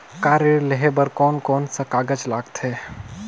Car ऋण लेहे बार कोन कोन सा कागज़ लगथे?